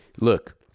look